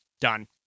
done